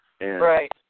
Right